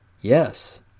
Yes